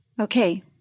okay